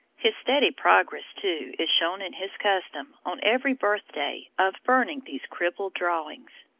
his steady progress, too, is shown in his custom, on every birthday, of burning these crippled drawings,